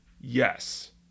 yes